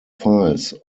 files